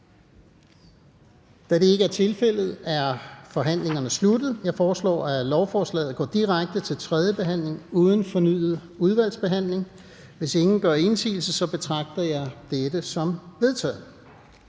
Da det ikke er tilfældet, er forhandlingen sluttet. Jeg foreslår, at lovforslaget går direkte til tredje behandling uden fornyet udvalgsbehandling. Hvis ingen gør indsigelse, betragter jeg dette som vedtaget.